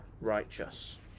righteous